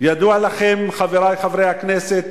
ידוע לכם, חברי חברי הכנסת,